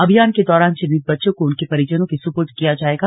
अभियान के दौरान चिन्हित बच्चों को उनके परिजनो के सुपुर्द किया जायेगा